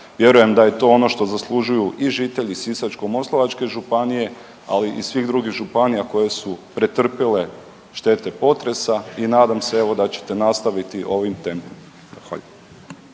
Vjerujem da je to ono što zaslužuju i žitelji Sisačko-moslavačke županije, ali i iz svih drugih županija koje su pretrpjele štete potresa i nadam se evo da ćete nastaviti ovim tempom.